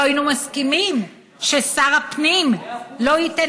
לא היינו מסכימים ששר הפנים לא ייתן